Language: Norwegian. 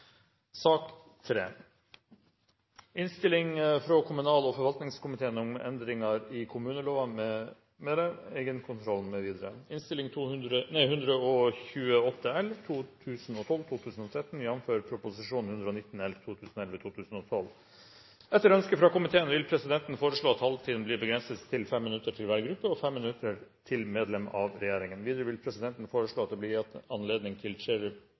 sak nr. 2. Etter ønske fra komiteen vil presidenten foreslå at taletiden blir begrenset til 5 minutter til hver gruppe og 5 minutter til medlem av regjeringen. Videre vil presidenten foreslå at det blir gitt anledning til